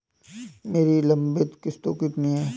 मेरी कुल लंबित किश्तों कितनी हैं?